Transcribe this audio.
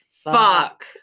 Fuck